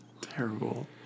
Terrible